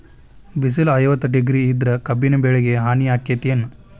ಬಿಸಿಲ ಐವತ್ತ ಡಿಗ್ರಿ ಇದ್ರ ಕಬ್ಬಿನ ಬೆಳಿಗೆ ಹಾನಿ ಆಕೆತ್ತಿ ಏನ್?